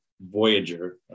Voyager